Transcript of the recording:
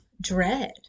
dread